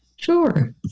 Sure